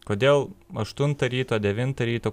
kodėl aštuntą ryto devintą ryto